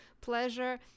pleasure